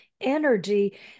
energy